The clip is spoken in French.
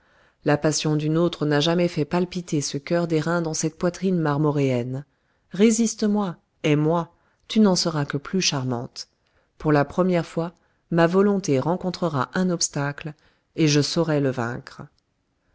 la passion d'une autre n'a jamais fait palpiter ce cœur d'airain dans cette poitrine marmoréenne résiste moi hais moi tu n'en seras que plus charmante pour la première fois ma volonté rencontrera un obstacle et je saurai le vaincre